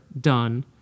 done